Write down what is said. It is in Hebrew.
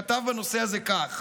כתב בנושא הזה כך: